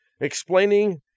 explaining